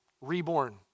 reborn